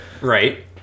Right